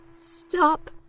stop